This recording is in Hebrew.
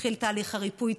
מתחיל תהליך הריפוי.